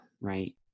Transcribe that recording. Right